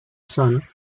son